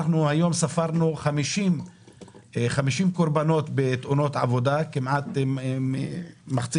היום ספרנו 50 קורבנות בתאונות עבודה - כמעט מחצית